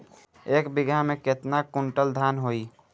एक बीगहा में केतना कुंटल धान होई?